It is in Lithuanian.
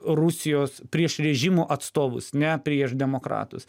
rusijos prieš režimo atstovus ne prieš demokratus